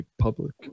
public